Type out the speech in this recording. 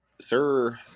Sir